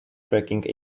tracking